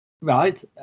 Right